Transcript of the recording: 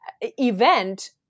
event